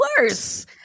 worse